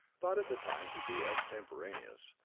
thought at the time to be extemporaneous,